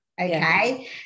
Okay